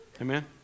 Amen